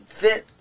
fit